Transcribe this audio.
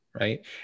right